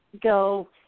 go